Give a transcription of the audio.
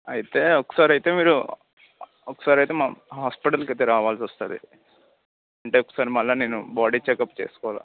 అయితే ఒకసారి అయితే మీరు ఒకసారి అయితే మా హాస్పిటల్కి అయితే రావాల్సి వస్తుంది అంటే ఒకసారి మళ్ళా నేను బాడీ చెకప్ చేసుకోవాలి